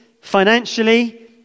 financially